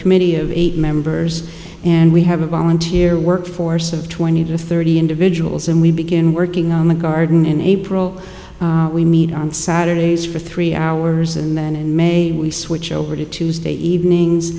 committee of eight members and we have a volunteer workforce of twenty to thirty individuals and we begin working on the garden in april we meet on saturdays for three hours and then in may we switch over to tuesday evenings